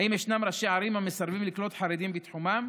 האם יש ראשי ערים המסרבים לקלוט חרדים בתחומם?